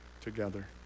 together